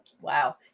Wow